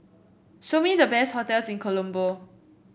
show me the best hotels in Colombo